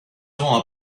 rend